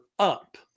up